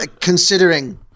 considering